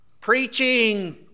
preaching